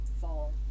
Fall